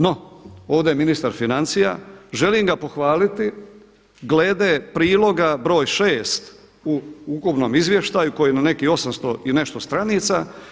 No, ovdje je ministar financija, želim ga pohvaliti glede priloga broj 6. u ukupnom izvještaju koji je na nekih 800 i nešto stranica.